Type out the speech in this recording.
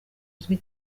uzwi